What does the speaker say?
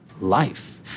life